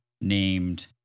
named